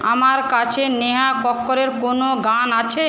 আমার কাছে নেহা কক্করের কোন গান আছে